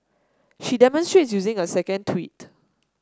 she demonstrates using a second tweet